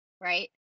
Right